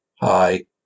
hi